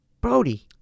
Brody